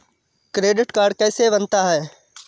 Credit card कैसे बनता है?